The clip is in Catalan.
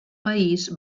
país